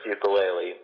Ukulele